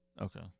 Okay